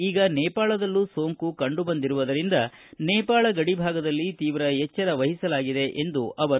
ಈಗ ನೇಪಾಳದಲ್ಲೂ ಸೊಂಕು ಕಂಡು ಬಂದಿರುವದರಿಂದ ನೇಪಾಳ ಗಡಿಭಾಗದಲ್ಲಿ ತೀವ್ರ ಎಚ್ಚರ ವಹಿಸಲಾಗಿದೆ ಎಂದರು